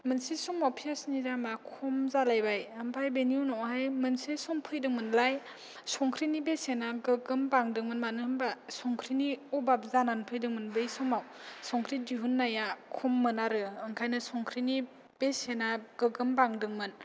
मोनसे समाव पियासनि दामा खम जालायबाय ओमफ्राय बेनि उनावहाय मोनसे सम फैदोंमोनलाय संख्रिनि बेसेना गोगोम बांदोंमोन मानो होनबा संख्रिनि अबाब जानानै फैदोंमोन बै समाव संख्रि दिहुननाया खममोन आरो ओंखायनो संख्रिनि बेसेना गोगोम बांदोंमोन